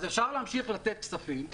אז אפשר להמשיך לתת כספים.